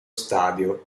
stadio